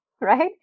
right